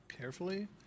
Carefully